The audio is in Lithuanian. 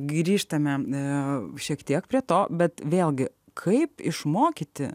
grįžtame ne šiek tiek prie to bet vėlgi kaip išmokyti